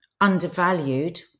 undervalued